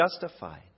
justified